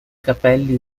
capelli